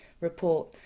report